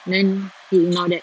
then he ignored that